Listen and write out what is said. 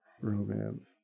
Romance